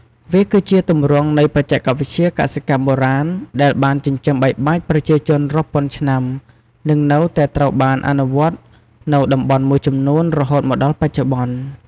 វាគឺជាទម្រង់នៃបច្ចេកវិទ្យាកសិកម្មបុរាណដែលបានចិញ្ចឹមបីបាច់ប្រជាជនរាប់ពាន់ឆ្នាំ និងនៅតែត្រូវបានអនុវត្តនៅតំបន់មួយចំនួនរហូតមកដល់បច្ចុប្បន្ន។